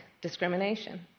discrimination